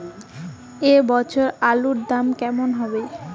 এ বছর আলুর দাম কেমন হবে?